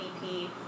VP